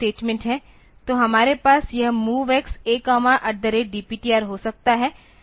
तो हमारे पास यह MOVX A DPTR हो सकता है